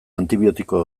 antibiotiko